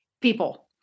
people